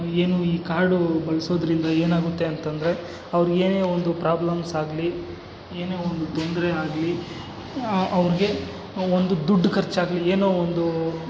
ಏನು ಈ ಕಾರ್ಡು ಬಳಸೋದ್ರಿಂದ ಏನಾಗುತ್ತೆ ಅಂತಂದರೆ ಅವ್ರಿಗೆ ಏನೇ ಒಂದು ಪ್ರಾಬ್ಲಮ್ಸ್ ಆಗಲೀ ಏನೇ ಒಂದು ತೊಂದರೆ ಆಗಲೀ ಅವ್ರಿಗೆ ಒಂದು ದುಡ್ಡು ಖರ್ಚ್ ಆಗಲೀ ಏನೋ ಒಂದು